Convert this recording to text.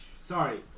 Sorry